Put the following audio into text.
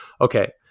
Okay